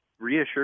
reassure